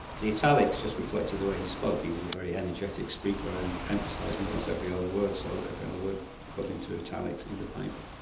the italics just reflected the way he spoke, he was a very energetic speaker and emphasised more or less every other word, so every other word got into italics in the paper.